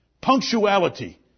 punctuality